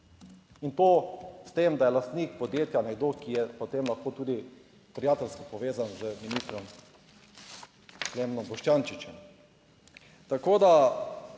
in to s tem, da je lastnik podjetja nekdo, ki je potem lahko tudi prijateljsko povezan z ministrom Klemnom Boštjančičem. Tako da